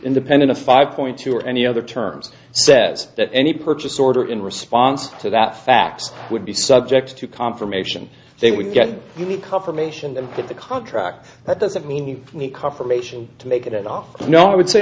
independent of five point two or any other terms says that any purchase order in response to that fax would be subject to confirmation they would get really confirmation and put the contract that doesn't mean you need confirmation to make it at all no i would say